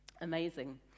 Amazing